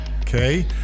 okay